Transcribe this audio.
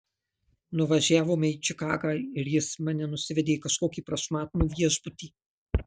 nuvažiavome į čikagą ir jis mane nusivedė į kažkokį prašmatnų viešbutį